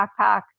backpack